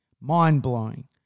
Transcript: mind-blowing